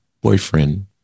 boyfriend